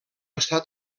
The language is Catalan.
està